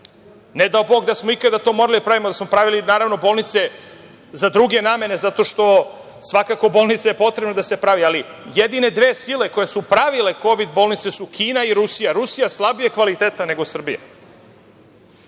Ne dao Bog da smo ikada to morali da pravimo, da smo pravili bolnice za druge namene, zato što je potrebno da se bolnice prave, ali jedine dve sile koje su pravile kovid bolnice su Kina i Rusija. Rusija slabijeg kvaliteta nego Srbija.